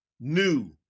New